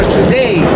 today